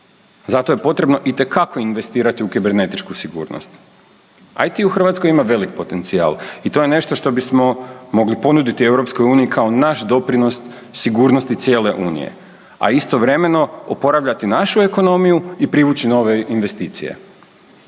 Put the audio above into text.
Zato je potrebno itekako investirati u kibernetičku sigurnost. IT u Hrvatskoj ima veliki potencijal i to je nešto što bismo mogli ponuditi Europskoj uniji kao naš doprinos sigurnosti cijele unije, a istovremeno oporavljati našu ekonomiju i privući nove investicije.